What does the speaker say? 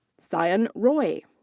sayan roy.